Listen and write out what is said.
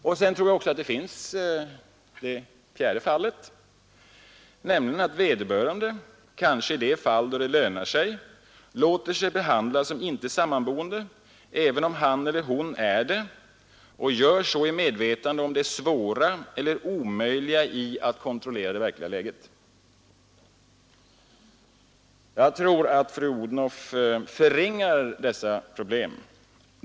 Jag tror också att det finns ett fjärde fall, nämligen att vederbörande kanske i de fall då det lönar sig låter sig behandlas som inte sammanboende, även om han eller hon är det, och gör så i medvetande om det svåra eller omöjliga i att kontrollera det verkliga läget. Jag tror att fru Odhnoff förringar dessa problem.